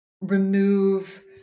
remove